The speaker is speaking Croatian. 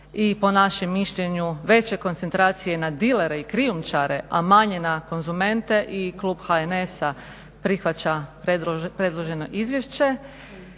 i po našem mišljenju veće koncentracije na dilere i krijumčare, a manje na konzumente i klub HNS-a prihvaća predloženo izvješće